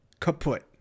kaput